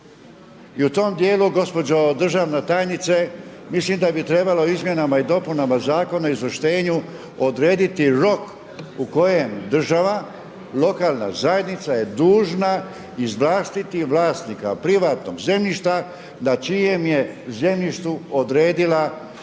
I u tom dijelu gospođo državna tajnice mislim da bi trebalo izmjenama i dopunama Zakona o izvlaštenju odrediti rok u kojem država, lokalna zajednica je dužna izvlastiti vlasnika privatnog zemljišta na čijem je zemljištu odredila